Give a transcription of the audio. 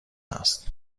است